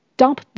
dump